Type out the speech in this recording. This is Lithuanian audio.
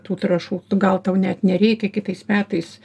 tų trąšų gal tau net nereikia kitais metais